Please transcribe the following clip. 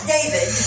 David